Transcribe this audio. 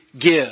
give